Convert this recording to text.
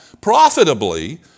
profitably